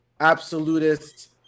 absolutist